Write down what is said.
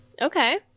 Okay